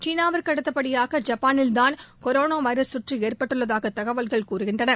சீனாவுக்கு அடுத்தப்படியாக ஜப்பானில்தான் கரோனா வைரஸ் தொற்று ஏற்பட்டுள்ளதாக தகவல்கள் கூறுகின்றன